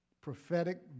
prophetic